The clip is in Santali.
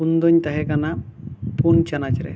ᱩᱱ ᱫᱚᱹᱧ ᱛᱟᱦᱮᱸ ᱠᱟᱱᱟ ᱯᱩᱱ ᱪᱟᱱᱟᱪ ᱨᱮ